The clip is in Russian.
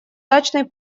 дачный